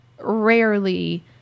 rarely